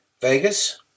Vegas